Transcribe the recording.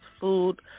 food